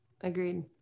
Agreed